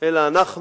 אלא אנחנו